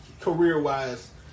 career-wise